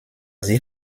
sie